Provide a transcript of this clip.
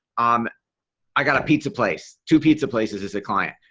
um i've got a pizza place two pizza places as a client.